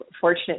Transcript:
fortunate